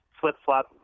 flip-flop